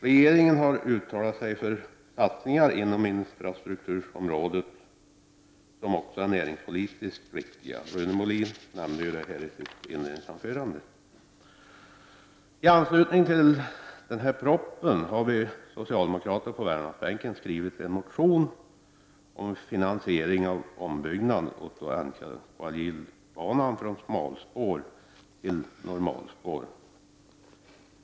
Regeringen har uttalat sig för satsningar, vilka också är näringspoli tiskt riktiga, inom infrastrukturområdet, vilket Rune Molin nämnde i svaret på interpellationen. I anslutning till den regionalpolitiska propositioner har vi socialdemokrater på Värmlandsbänken väckt en motion om finansiering av ombyggnad av NKLJ-banan från smalspår till normalspår.